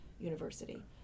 university